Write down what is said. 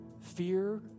fear